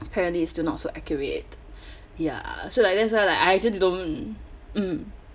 apparently it's still not so accurate ya so like that's why like I actually don't mm